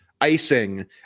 icing